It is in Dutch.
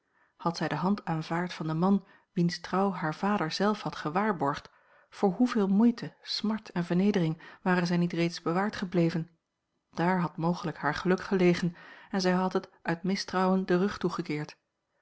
had zij de hand aanvaard van den man wiens a l g bosboom-toussaint langs een omweg trouw haar vader zelf had gewaarborgd voor hoeveel moeite smart en vernedering ware zij niet reeds bewaard gebleven dààr had mogelijk haar geluk gelegen en zij had het uit mistrouwen den rug toegekeerd